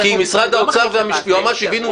כי משרד האוצר והיועמ"ש הבינו מצוין.